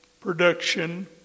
production